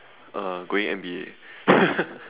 uh going N_B_A